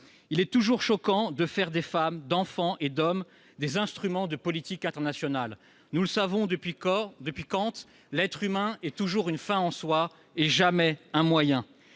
Il est toujours choquant de transformer des femmes, des enfants et des hommes en instruments de politique internationale. Nous le savons depuis Kant, l'être humain doit être toujours une fin en soi, jamais un moyen.